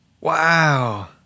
Wow